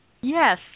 Yes